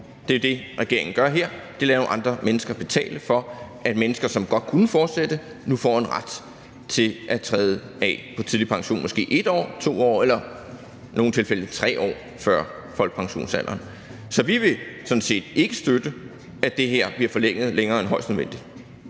Det er jo det, regeringen gør her. De lader nogle andre mennesker betale for, at mennesker, som godt kunne fortsætte, nu får en ret til at træde af på tidlig pension måske 1 år, 2 år eller i nogle tilfælde 3 år før folkepensionsalderen. Så vi vil sådan set ikke støtte, at det her bliver forlænget længere end højst nødvendigt.